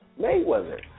Mayweather